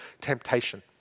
temptation